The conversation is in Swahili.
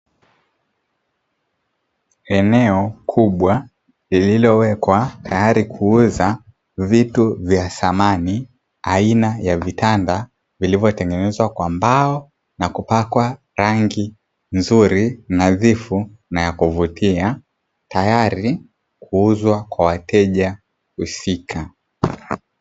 Eneo kubwa lililowekwa tayari kuuza vitu vya samani, aina ya vitanda vilivyotengenezwa kwa mbao na kupakwa rangi nzuri, na dhifu na ya kuvutia; tayari kwa ajili ya kuuzwa kwa wateja husika.